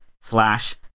slash